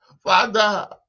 father